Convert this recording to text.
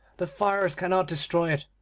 the fires cannot destroy it,